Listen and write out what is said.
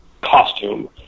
costume